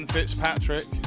Fitzpatrick